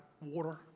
water